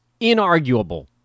inarguable